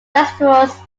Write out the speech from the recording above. festivals